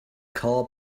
car